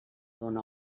dóna